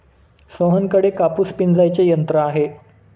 सोहनकडे कापूस पिंजायचे यंत्र आहे